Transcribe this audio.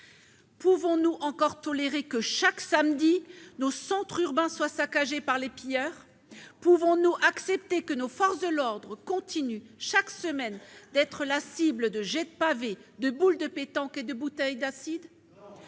Pouvons-nous encore tolérer que, chaque samedi, nos centres urbains soient saccagés par les pilleurs ? Pouvons-nous accepter que nos forces de l'ordre continuent, chaque semaine, d'être la cible de jets de pavés, de boules de pétanque et de bouteilles d'acide ?